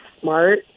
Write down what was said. smart